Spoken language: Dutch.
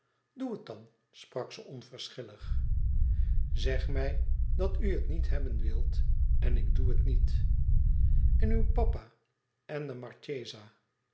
doe het dan sprak ze onverschillig zeg mij dat u het niet hebben wilt en ik doe het niet en uw papa en de